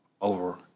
over